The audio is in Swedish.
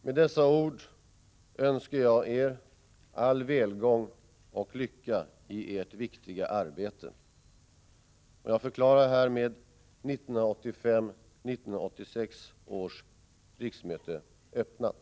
Med dessa ord önskar jag Eder all välgång och lycka i Edert viktiga arbete, och jag förklarar härmed 1985/86 års riksmöte öppnat.